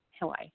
Hawaii